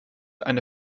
eine